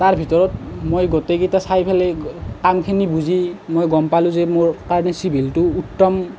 তাৰ ভিতৰত মই গোটেই কেইটা চাই পেলাই কামখিনি বুজি মই গম পালোঁ যে মোৰ কাৰণে চিভিলটো উত্তম